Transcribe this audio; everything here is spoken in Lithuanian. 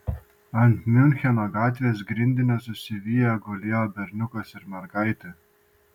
ant miuncheno gatvės grindinio susiviję gulėjo berniukas ir mergaitė